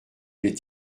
les